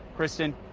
kristin?